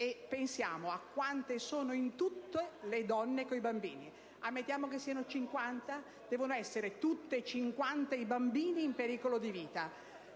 pensi poi a quanti sono in tutto le donne con i bambini. Ammettiamo che siano 50 e che tutti e 50 i bambini siano in pericolo di vita: